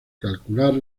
calcular